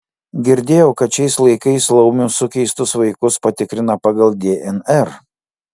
girdėjau kad šiais laikais laumių sukeistus vaikus patikrina pagal dnr